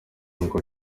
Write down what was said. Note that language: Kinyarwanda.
ngo